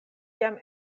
jam